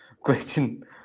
question